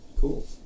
Cool